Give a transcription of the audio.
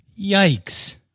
Yikes